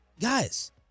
guys